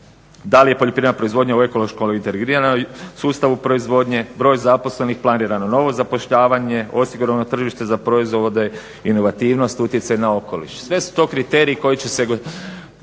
Da li je poljoprivredna proizvodnja u ekološkom integriranom sustavu proizvodnje, broj zaposlenih, planirano novo zapošljavanje, osigurano tržište za proizvode, inovativnost, utjecaj na okoliš. Sve su to kriteriji koji će se